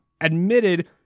admitted